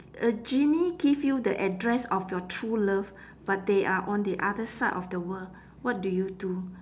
a genie give you the address of your true love but they are on the other side of the world what do you do